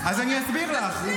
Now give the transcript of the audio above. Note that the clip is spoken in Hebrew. אני אסביר לך.